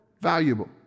valuable